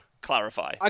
clarify